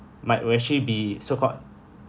might would actually be so-called